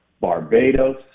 Barbados